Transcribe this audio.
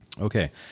okay